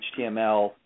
HTML